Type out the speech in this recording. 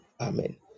Amen